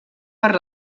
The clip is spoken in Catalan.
per